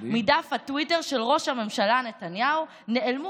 מדף הטוויטר של ראש הממשלה נתניהו נעלמו